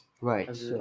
right